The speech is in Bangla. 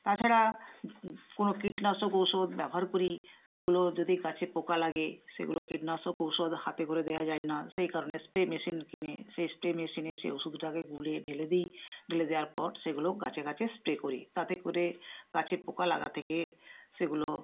তাছাড়া কোনো কীটনাশক ঔষধ ব্যবহার করি সেগুলো যদি গাছে পোকা লাগে সেগুলো কীটনাশক ঔষধ হাতে করে দেওয়া যায় না সেই কারণে স্প্রে মেশিন কিনে সেই স্প্রে মেশিনে সেই ওষুধটাকে গুলে ঢেলে দি ঢেলে দেওয়ার পর সেগুলো গাছে গাছে স্প্রে করি তাতে করে গাছে পোকা লাগা থেকে সেগুলো